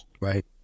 Right